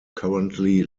currently